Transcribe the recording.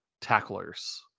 Tacklers